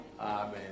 Amen